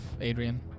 Adrian